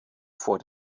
vor